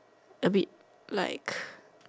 a bit like